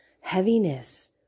heaviness